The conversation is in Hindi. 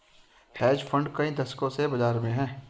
हेज फंड कई दशकों से बाज़ार में हैं